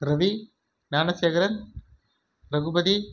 Ravi Gnanasekaran Raghupathi